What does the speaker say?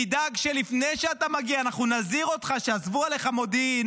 נדאג שלפני שאתה מגיע אנחנו נזהיר אותך שאספו עליך מודיעין